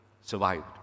survived